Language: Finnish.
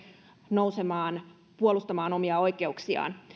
nousemaan puolustamaan omia oikeuksiaan